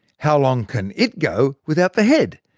how long can it go without the head?